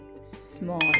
small